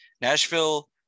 Nashville